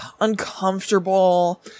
uncomfortable